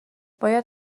باید